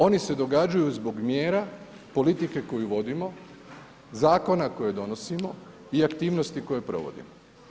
Oni se događaju zbog mjera politike koju vodimo, zakona koje donosimo i aktivnosti koje provodimo.